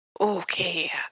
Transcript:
Okay